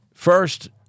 First